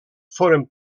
foren